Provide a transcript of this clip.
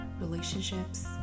relationships